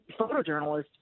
photojournalist